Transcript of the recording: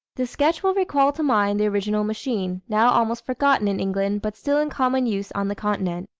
the sketch will recall to mind the original machine, now almost forgotten in england, but still in common use on the continent.